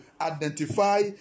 identify